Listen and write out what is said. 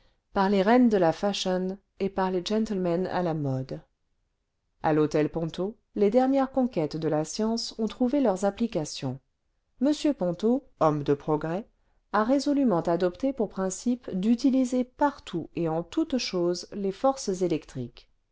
par les reines de la fashion et par les gentlemen à la mode a l'hôtel ponto les dernières conquêtes de la science ont trouvé leurs applications m ponto homme de progrès a résolument adopté pour principe d'utiliser partout et en toutes choses les forces électriques